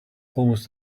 almost